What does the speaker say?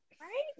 Right